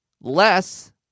less